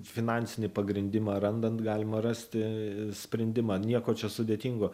finansinį pagrindimą randant galima rasti sprendimą nieko čia sudėtingo